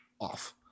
off